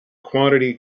quantity